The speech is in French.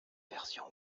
version